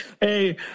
Hey